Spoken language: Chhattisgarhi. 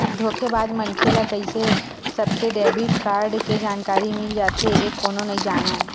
धोखेबाज मनखे ल कइसे सबके डेबिट कारड के जानकारी मिल जाथे ए कोनो नइ जानय